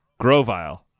Grovile